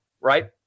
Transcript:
right